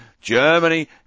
Germany